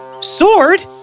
Sword